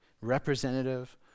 representative